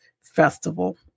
Festival